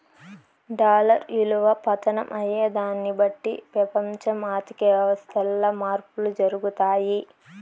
dollar ఇలువ పతనం అయ్యేదాన్ని బట్టి పెపంచ ఆర్థిక వ్యవస్థల్ల మార్పులు జరగతాయి